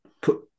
put